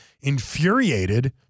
infuriated